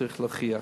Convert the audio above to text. צריך להוכיח.